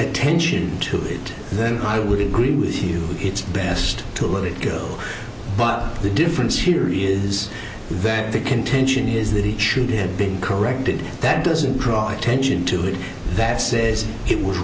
attention to it then i would agree with you it's best to let it go but the difference here is that the contention is that he should have been corrected that doesn't draw attention to it that say it was